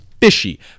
fishy